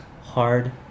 hard